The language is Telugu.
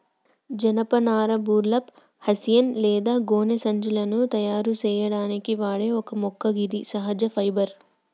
జనపనార బుర్లప్, హెస్సియన్ లేదా గోనె సంచులను తయారు సేయడానికి వాడే ఒక మొక్క గిది సహజ ఫైబర్